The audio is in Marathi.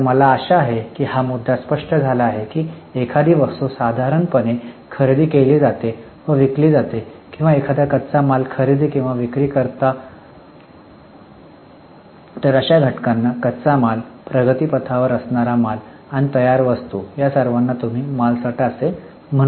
तर मला आशा आहे की हा मुद्दा स्पष्ट झाला आहे की एखादी वस्तू साधारणपणे खरेदी केली जाते व विकली जाते किंवा एखादा कच्चामाल खरेदी किंवा विक्री करता तर अशा घटकांना कच्चामाल प्रगतीपथावर असणारा माल आणि तयार वस्तू या सर्वांना तुम्ही मालसाठा असे म्हणू शकता